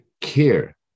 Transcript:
care